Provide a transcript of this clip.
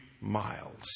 miles